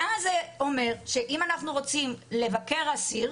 ואז זה אומר שאם אנחנו רוצים לבקר אסיר,